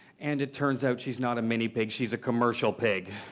and it turns out she's not a mini pig, she's a commercial pig.